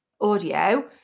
Audio